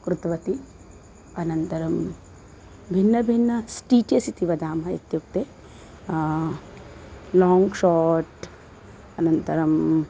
कृतवती अनन्तरं भिन्न भिन्न स्टीटेस् इति वदामः इत्युक्ते लाङ्ग् शाट् अनन्तरम्